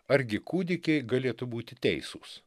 argi kūdikiai galėtų būti teisūs